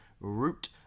Root